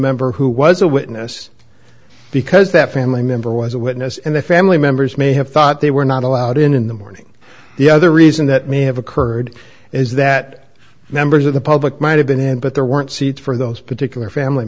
member who was a witness because that family member was a witness and the family members may have thought they were not allowed in in the morning the other reason that may have occurred is that members of the public might have been in but there weren't seats for those particular family